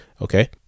okay